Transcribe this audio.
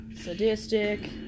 Sadistic